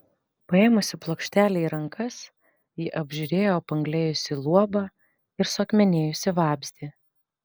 paėmusi plokštelę į rankas ji apžiūrėjo apanglėjusį luobą ir suakmenėjusį vabzdį